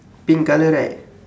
pink colour right